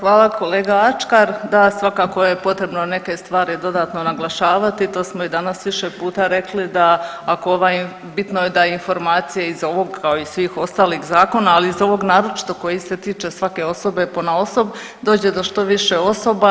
Hvala kolega Ačkar, da svakako je potrebno neke stvari dodatno naglašavati, to smo i danas više puta rekli bitno je da informacije iz ovog kao i svih ostalih zakona, ali iz ovog naročito koji se tiče svake osobe ponaosob dođe do što više osoba.